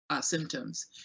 symptoms